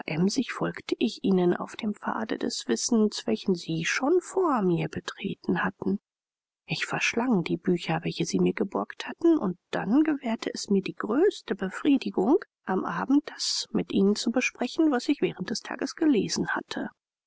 emsig folgte ich ihnen auf dem pfade des wissens welchen sie schon vor mir betreten hatten ich verschlang die bücher welche sie mir geborgt hatten und dann gewährte es mir die größte befriedigung am abend das mit ihnen zu besprechen was ich während des tages gelesen hatte